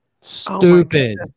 Stupid